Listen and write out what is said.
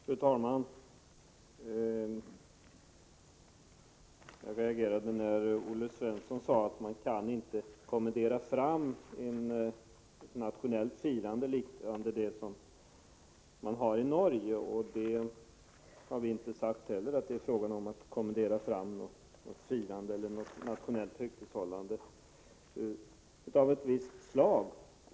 Fru talman! Jag reagerade när Olle Svensson sade att man inte kan kommendera fram ett nationellt firande liknande det man har i Norge. Vi har inte heller sagt, att det är fråga om att tvinga fram något firande eller nationellt högtidlighållande av ett visst slag.